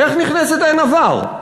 איך נכנסת "אין עבר"?